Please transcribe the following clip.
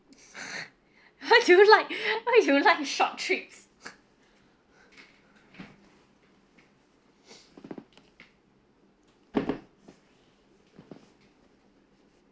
how did you like why do you like short trips